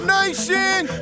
Nation